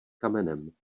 kamenem